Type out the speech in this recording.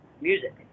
music